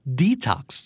detox